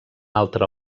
altra